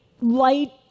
light